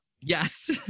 Yes